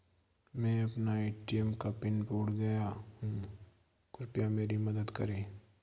मैं अपना ए.टी.एम का पिन भूल गया हूं, कृपया मेरी मदद करें